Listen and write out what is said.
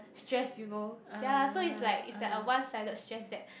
stress you know ya so is like is like a one sided that